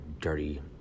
dirty